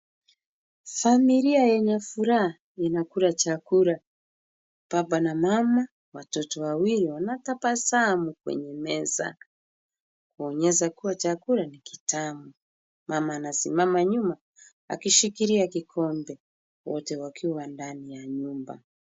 Familia yenye furaha inakula chakula. Baba na mama, watoto wawili wanatabasamu kwenye meza kuonyesha kuwa chakula ni kitamu. Mama anasimama nyuma akishikilia kikombe. Wote wakiwa ndani ya nyumba.